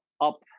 up